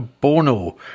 Bono